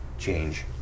Change